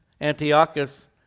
antiochus